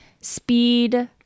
speed